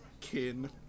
kin